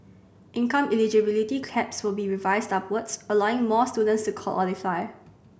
income eligibility caps will be revised upwards allowing more students to qualify